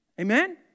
Amen